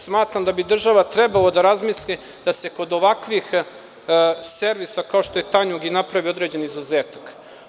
Smatram da bi država trebalo da razmisli da se ovakvih servisa kao što je Tanjug napravi određen izuzetak.